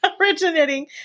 Originating